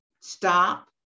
Stop